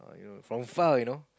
you know from far you know